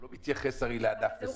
הרי הוא לא מתייחס לענף מסוים.